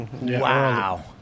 Wow